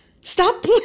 stop